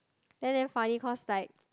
then damn funny cause like